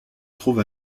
trouve